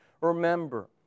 remember